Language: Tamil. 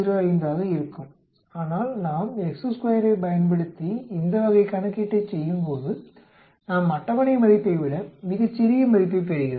05 ஆக இருக்கும் ஆனால் நாம் ஐப் பயன்படுத்தி இந்த வகை கணக்கீட்டைச் செய்யும்போது நாம் அட்டவணை மதிப்பை விட மிகச் சிறிய மதிப்பைப் பெறுகிறோம்